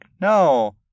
no